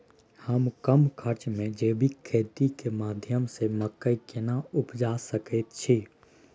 हम कम खर्च में जैविक खेती के माध्यम से मकई केना उपजा सकेत छी?